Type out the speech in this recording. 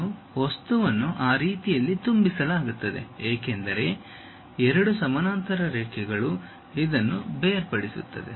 ಮತ್ತು ವಸ್ತುವನ್ನು ಈ ರೀತಿಯಲ್ಲಿ ತುಂಬಿಸಲಾಗುತ್ತದೆ ಏಕೆಂದರೆ ಎರಡು ಸಮಾನಾಂತರ ರೇಖೆಗಳು ಇದನ್ನು ಬೇರ್ಪಡಿಸುತ್ತವೆ